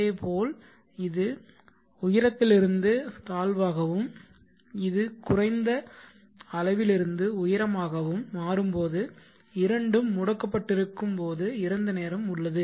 அதேபோல் இது உயரத்திலிருந்து தாழ்வாகவும் இது குறைந்த அளவிலிருந்து உயரமாகவும் மாறும்போது இரண்டும் முடக்கப்பட்டிருக்கும் போது இறந்த நேரம் உள்ளது